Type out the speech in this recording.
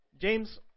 James